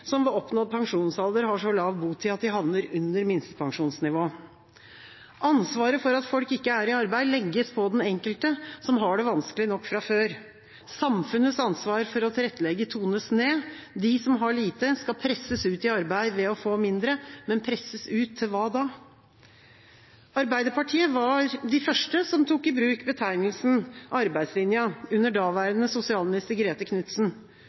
som ved oppnådd pensjonsalder har så kort botid at de havner under minstepensjonsnivå. Ansvaret for at folk ikke er i arbeid, legges på den enkelte, som har det vanskelig nok fra før. Samfunnets ansvar for å tilrettelegge tones ned. De som har lite, skal presses ut i arbeid ved å få mindre – men presses ut til hva? Arbeiderpartiet var de første som tok i bruk betegnelsen «arbeidslinja», under daværende sosialminister Grete Knudsen,